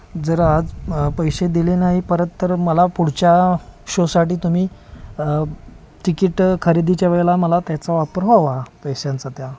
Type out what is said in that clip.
जर आज पैसे दिले नाही परत तर मला पुढच्या शोसाठी तुम्ही तिकीट खरेदीच्या वेळेला मला त्याचा वापर व्हावा पैशांचा त्या